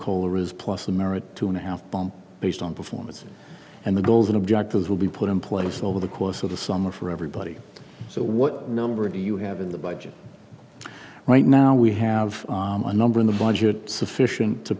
color is plus a merit two and a half based on performance and the goals and objectives will be put in place over the course of the summer for everybody so what number do you have in the budget right now we have a number in the budget sufficient to